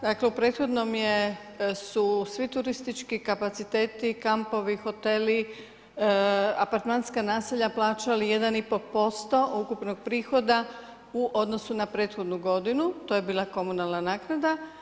Dakle u prethodnom su svi turistički kapaciteti, kampovi, hoteli, apartmanska naselja plaćali 1,5% ukupnog prihoda u odnosu na prethodnu godinu, to je bila komunalna naknada.